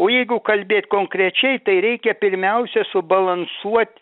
o jeigu kalbėt konkrečiai tai reikia pirmiausia subalansuot